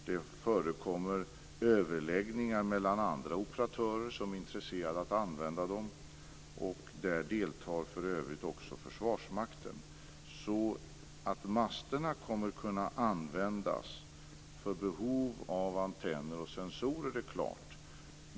Det förekommer överläggningar mellan andra operatörer som är intresserade av att använda dem. Och där deltar för övrigt också Försvarsmakten. Att masterna kommer att kunna användas för behov av antenner och sensorer är klart.